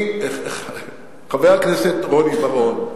חבר הכנסת רוני בר-און,